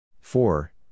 Four